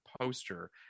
poster